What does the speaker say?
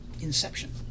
inception